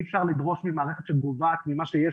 אי אפשר לדרוש ממערכת שגוועת ממה שיש